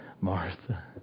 Martha